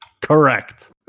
Correct